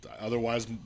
otherwise